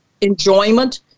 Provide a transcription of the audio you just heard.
enjoyment